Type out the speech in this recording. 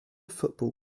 football